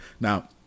Now